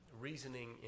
reasoning